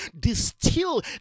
Distill